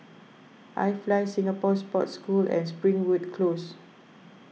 iFly Singapore Sports School and Springwood Close